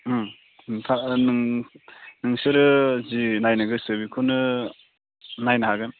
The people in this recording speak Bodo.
नोंसोरो जि नायनो गोसो बेखौनो नायनो हागोन